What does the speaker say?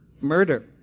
murder